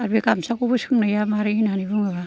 आरो गामसाखौबो सोंनाया मारै होननानै बुङोबा